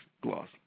Gloss